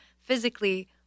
physically